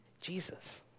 Jesus